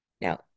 Now